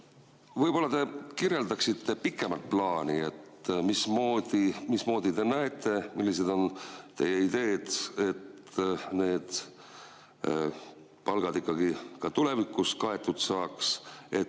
Võib-olla te kirjeldaksite pikemat plaani, mismoodi te näete, millised on teie ideed, et need palgad ikkagi ka tulevikus kaetud saaks, et